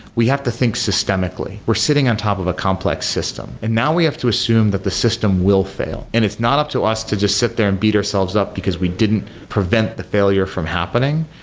we have to think systemically. we're sitting on top of a complex system and now we have to assume that the system will fail, and it's not up to us to just sit there and beat ourselves up, because we didn't prevent the failure from happening.